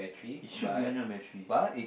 it should be under a tree